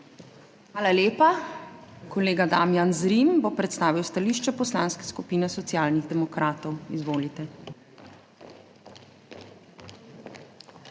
Hvala lepa. Kolega Damijan Zrim bo predstavil stališče Poslanske skupine Socialnih demokratov. Izvolite.